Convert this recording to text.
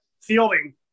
fielding